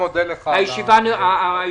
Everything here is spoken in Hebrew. הישיבה נעולה.